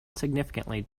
significantly